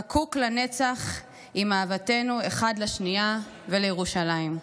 חקוק לנצח עם אהבתנו אחד לשנייה ולירושלים.